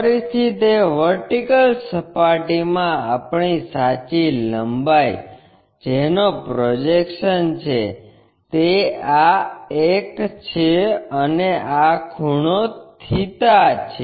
ફરીથી તે વર્ટિકલ સપાટીમાં આપણી સાચી લંબાઈ જેનો પ્રોજેક્શન્સ છે તે આ એક છે અને આ ખૂણો થીટા છે